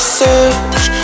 search